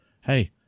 hey